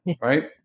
Right